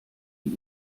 die